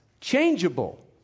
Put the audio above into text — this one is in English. changeable